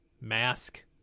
mask